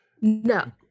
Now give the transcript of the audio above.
No